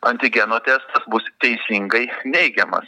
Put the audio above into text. antigeno testas bus teisingai neigiamas